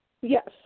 Yes